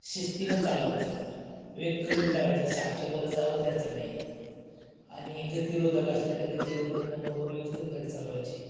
शिस्तीनं चालायचं वेग कमी करायचा साठच्या वर जाऊ द्यायचा नाही आणि गतिरोधक असले तर गतिरोधकनं बरोबर व्यवस्थित गाडी चालवायची